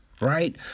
right